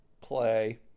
play